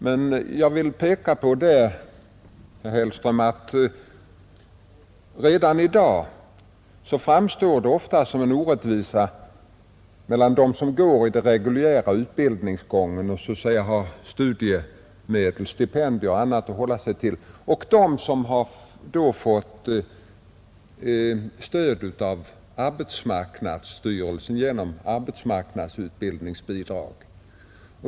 Men jag vill där peka på, herr Hellström, att det redan i dag ofta framstår såsom en orättvis klyfta mellan dem som deltar i den reguljära utbildningsgången och så att säga har studiemedel, stipendier och annat att hålla sig till och dem som har fått stöd av arbetsmarknads styrelsen genom arbetsmarknadsutbildningsbidrag.